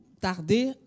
tarder